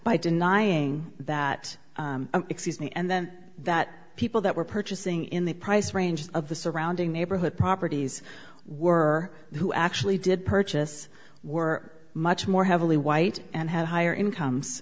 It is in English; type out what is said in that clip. by denying that excuse me and then that people that were purchasing in the price range of the surrounding neighborhood properties were who actually did purchase were much more heavily white and have higher incomes